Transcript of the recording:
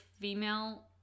female